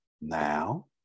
Now